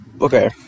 okay